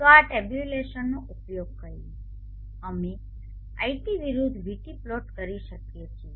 તો આ ટેબ્યુલેશનનો ઉપયોગ કરીને અમે iT વિરુદ્ધ VT પ્લોટ કરી શકીએ છીએ